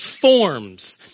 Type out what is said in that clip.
forms